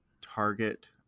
target